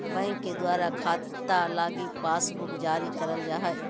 bank के द्वारा खाता लगी पासबुक जारी करल जा हय